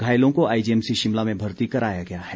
घायलों को IG MC Shimla में भर्ती कराया गया है